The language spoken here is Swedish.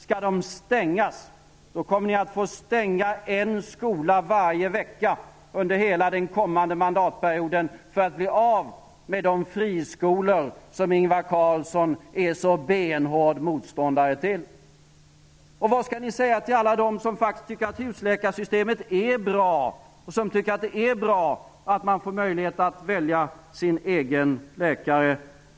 Skall de stängas kommer ni att få stänga en skola varje vecka under hela den kommande mandatperioden för att bli av med de friskolor som Ingvar Carlsson är så benhård motståndare till. Vad skall ni säga till alla dem som faktiskt tycker att husläkarsystemet är bra och som tycker att det är bra att man får möjlighet att välja sin egen läkare?